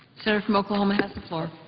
senator from oklahoma has the floor.